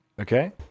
Okay